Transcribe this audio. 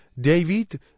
David